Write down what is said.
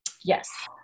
Yes